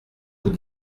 vous